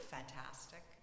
fantastic